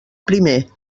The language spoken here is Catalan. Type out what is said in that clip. primer